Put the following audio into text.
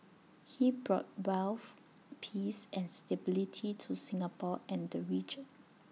he brought wealth peace and stability to Singapore and the region